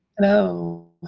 Hello